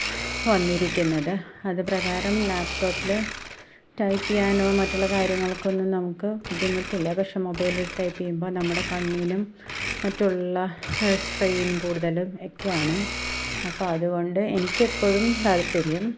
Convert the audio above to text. വന്നിരിക്കുന്നത് അതുപ്രകാരം ലാപ്ടോപ്പിൽ ടൈപ്പ് ചെയ്യാനോ മറ്റുള്ള കാര്യങ്ങൾക്കൊന്നും നമുക്ക് ബുദ്ധിമുട്ടില്ല പക്ഷേ മൊബൈലിൽ ടൈപ്പ് ചെയ്യുമ്പോൾ നമ്മുടെ കണ്ണിനും മറ്റുള്ള സ്ട്രെയിൻ കൂടുതലും ഒക്കെയാണ് അപ്പം അതുകൊണ്ട് എനിക്കെപ്പോഴും താൽപര്യം